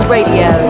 Radio